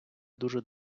дуже